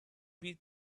beat